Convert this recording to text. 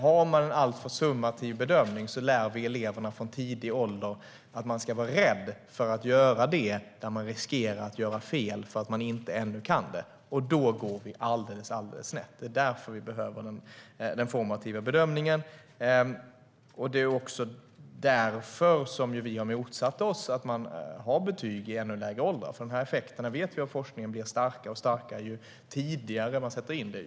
Har man en alltför summativ bedömning lär vi eleverna från tidig ålder att de ska vara rädda för att göra sådant där de riskerar att göra fel eftersom de ännu inte kan det. Då hamnar vi alldeles snett. Det är därför som det behövs en formativ bedömning. Det är också därför som vi har motsatt oss betyg vid ännu lägre ålder. Av forskningen vet vi att den effekten blir starkare och starkare.